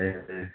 ए